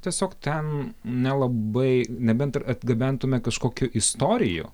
tiesiog ten nelabai nebent atgabentume kažkokių istorijų